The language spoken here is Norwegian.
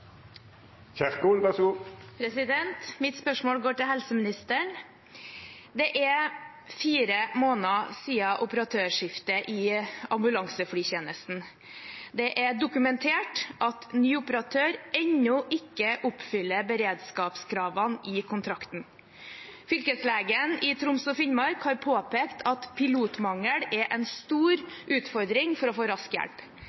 Mitt spørsmål går til helseministeren. Det er fire måneder siden operatørskiftet i ambulanseflytjenesten. Det er dokumentert at ny operatør ennå ikke oppfyller beredskapskravene i kontrakten. Fylkeslegen i Troms og Finnmark har påpekt at pilotmangel er en stor utfordring for å få rask hjelp.